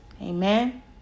Amen